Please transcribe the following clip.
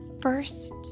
first